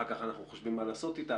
אחר כך אנחנו חושבים מה לעשות אתה ,